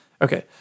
Okay